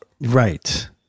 right